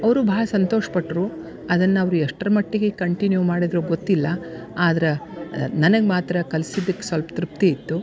ಅವರೂ ಭಾಳ ಸಂತೋಷಪಟ್ಟರು ಅದನ್ನು ಅವ್ರು ಎಷ್ಟ್ರ ಮಟ್ಟಿಗೆ ಕಂಟಿನ್ಯೂ ಮಾಡಿದರು ಗೊತ್ತಿಲ್ಲ ಆದ್ರೆ ನನಗೆ ಮಾತ್ರ ಕಲ್ಸಿದ್ದಕ್ ಸಲ್ಪ ತೃಪ್ತಿ ಇತ್ತು